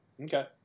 okay